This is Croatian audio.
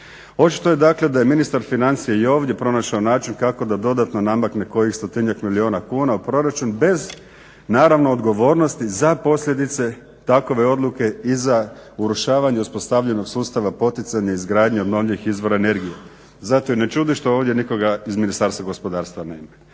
Očito je dakle da je ministar financija i ovdje pronašao način kako da dodatno namakne kojih 100-njak milijuna kuna u proračun bez naravno odgovornosti za posljedice takve odluke i za urušavanje uspostavljenog sustava poticanja izgradnje obnovljivih izvora energije. Zato i ne čudi što ovdje nikoga iz Ministarstva gospodarstva nema.